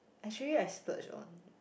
actually I splurge on